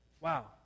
Wow